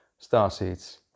Starseeds